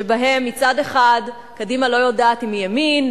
שבהם מצד אחד קדימה לא יודעת אם היא ימין,